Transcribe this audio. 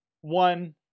One